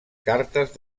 cartes